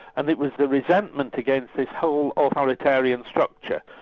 and it was the resentment against this whole authoritarian structure.